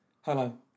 Hello